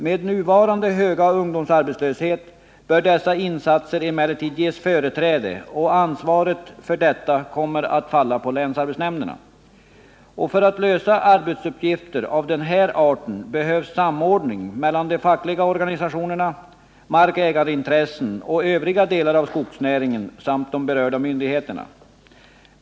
Med nuvarande höga ungdomsarbetslöshet bör dessa insatser emellertid ges företräde, och ansvaret för detta kommer att falla på länsarbetsnämnderna. Och för att lösa arbetsuppgifter av den här arten behövs samordning mellan fackliga organisationer, markägarintressen och övriga delar av skogsnäringen samt berörda myndigheter.